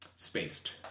Spaced